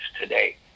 today